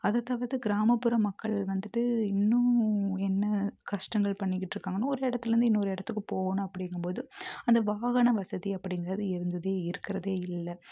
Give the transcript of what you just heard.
அதை தவிர்த்து கிராமப்புற மக்கள் வந்துட்டு இன்னும் என்ன கஷ்டங்கள் பண்ணிக்கிட்ருக்காங்கன்னா ஒரு இடத்துலருந்து இன்னொரு இடத்துக்கு போகணும் அப்படிங்கம்போது அந்த வாகன வசதி அப்படிங்கறது இருந்தது இருக்கிறதே இல்லை